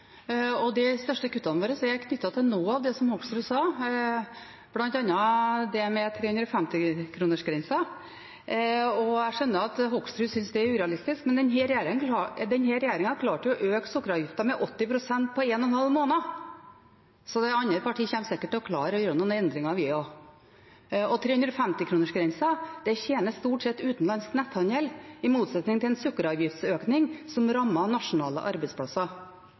De største kuttene våre er knyttet til noe av det som representanten Hoksrud nevnte, bl.a. det med 350-kronersgrensa. Jeg skjønner at representanten Hoksrud synes det er urealistisk, men denne regjeringen klarte jo å øke sukkeravgiften med 80 pst. på en og en halv måned, så vi andre partiene kommer sikkert til å klare å gjøre noen endringer, vi også. 350-kronersgrensa tjener stort sett utenlands netthandel, i motsetning til en sukkeravgiftsøkning, som rammer nasjonale arbeidsplasser.